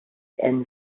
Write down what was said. and